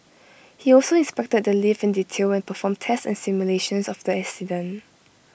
he also inspected the lift in detail and performed tests and simulations of the accident